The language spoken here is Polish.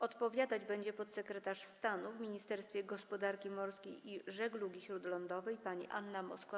Odpowiadać będzie podsekretarz stanu w Ministerstwie Gospodarki Morskiej i Żeglugi Śródlądowej pani Anna Moskwa.